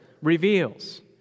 reveals